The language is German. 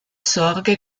sorge